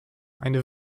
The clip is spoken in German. eine